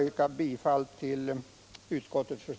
den det ej vill röstar nej.